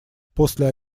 после